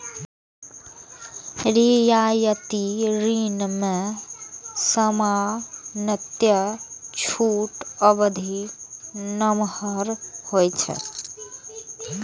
रियायती ऋण मे सामान्यतः छूट अवधि नमहर होइ छै